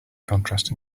contrast